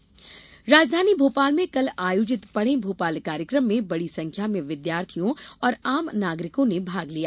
पढे भोपाल राजधानी भोपाल में कल आयोजित पढ़े भोपाल कार्यक्रम में बड़ी संख्या में विद्यार्थी और आम नागरिको ने भाग लिया